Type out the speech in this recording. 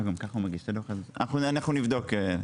אנחנו נבדוק.